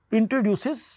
introduces